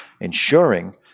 ensuring